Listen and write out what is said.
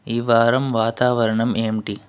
ఈ వారం వాతావరణం ఏంటి